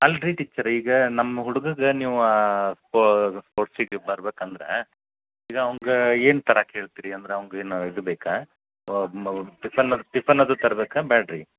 ಅಲ್ರಿ ಟೀಚರ್ ಈಗ ನಮ್ಮ ಹುಡ್ಗಂಗೆ ನೀವು ಪೋ ಸ್ಪೋರ್ಟ್ಸಿಗೆ ಬರಬೇಕಂದ್ರೆ ಈಗ ಅಂವ್ಗೆ ಏನು ತರಕ್ಕೆ ಹೇಳ್ತೀರಿ ಅಂದ್ರೆ ಅವ್ನ್ಗೆ ಏನು ಇದು ಬೇಕಾ ಟಿಫನ್ ಟಿಫನ್ ಅದು ತರಬೇಕಾ ಬೇಡ ರೀ